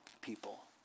people